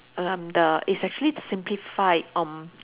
err um the it's actually simplified um